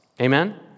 Amen